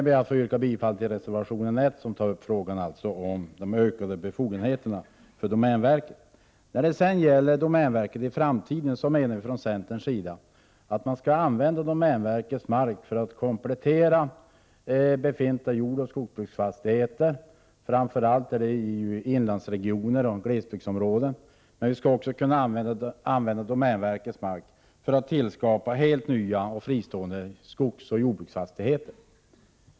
Därmed yrkar jag bifall till reservation nr 1 som tar upp frågan om de ökade befogenheterna för domänverket. När det gäller domänverket i framtiden menar vi från centerns sida att man skall använda domänverkets mark för att komplettera befintliga jordbruksoch skogsbruksfastigheter, framför allt i inlandsregioner och glesbygdsområden, men även för att skapa helt nya och fristående skogsbruksoch jordbruksfastigheter.